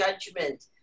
judgment